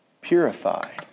purified